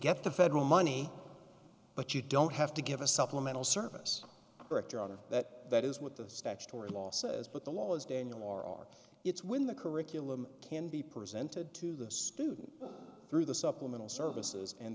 get the federal money but you don't have to give a supplemental service director on that that is what the statutory law says but the law is daniel r it's when the curriculum can be presented to the student through the supplemental services and